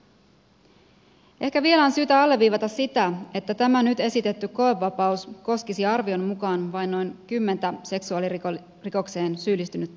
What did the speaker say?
ehkä vielä on syytä alleviivata sitä että tämä nyt esitetty koevapaus koskisi arvion mukaan vain noin kymmentä seksuaalirikokseen syyllistynyttä vankia